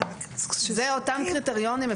זה אותם קריטריונים.